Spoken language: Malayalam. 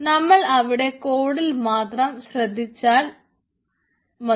നമ്മൾ അവിടെ കോഡിൽ മാത്രം ശ്രദ്ധ കേന്ദ്രീകരിച്ചാൽ മതി